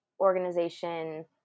organization